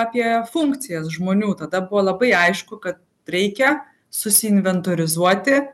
apie funkcijas žmonių tada buvo labai aišku kad reikia susiinventorizuoti